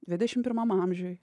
dvidešim pirmam amžiuj